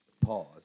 Pause